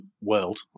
world